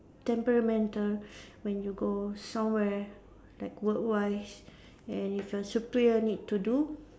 temperamental when you go somewhere like work wise and if your superior need to do